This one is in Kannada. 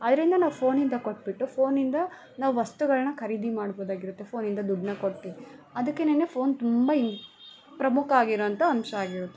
ಆದ್ದರಿಂದ ನಾವು ಫೋನಿಂದ ಕೊಟ್ಬಿಟ್ಟು ಫೋನಿಂದ ನಾವು ವಸ್ತುಗಳನ್ನ ಖರೀದಿ ಮಾಡ್ಬೋದಾಗಿರುತ್ತೆ ಫೋನಿಂದ ದುಡ್ಡನ್ನ ಕೊಟ್ಟು ಅದಕ್ಕೇನೆ ಫೋನ್ ತುಂಬ ಇಂಪ್ ಪ್ರಮುಖ ಆಗಿರೋ ಅಂಥ ಅಂಶ ಆಗಿರುತ್ತೆ